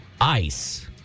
ice